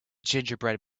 gingerbread